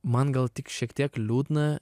man gal tik šiek tiek liūdna